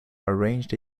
arranged